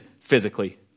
physically